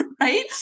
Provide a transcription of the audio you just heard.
right